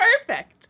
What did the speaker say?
perfect